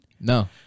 No